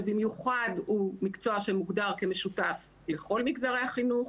שבמיוחד הוא מקצוע שמוגדר כמשותף לכל מגזרי החינוך.